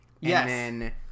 Yes